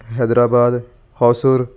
Hyderabad Hosur